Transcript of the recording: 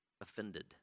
offended